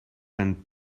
than